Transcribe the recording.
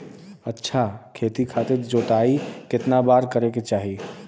अच्छा खेती खातिर जोताई कितना बार करे के चाही?